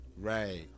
Right